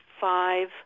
five